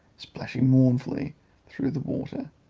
splashing mournfully through the water,